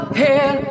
head